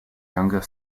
younger